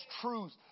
truth